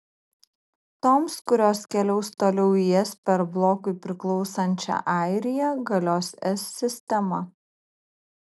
toms kurios keliaus toliau į es per blokui priklausančią airiją galios es sistema